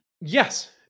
Yes